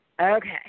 Okay